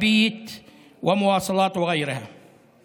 להלן תרגומם: